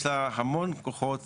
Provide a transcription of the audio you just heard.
יש לה המון כוחות